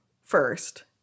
first